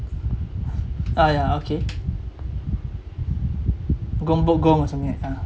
ah ya okay or something like that